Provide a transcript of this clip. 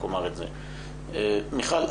מיכל,